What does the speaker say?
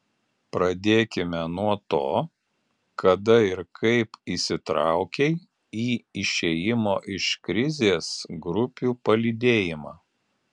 pradėkime nuo to kada ir kaip įsitraukei į išėjimo iš krizės grupių palydėjimą